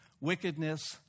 wickedness